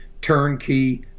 turnkey